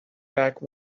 back